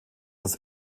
das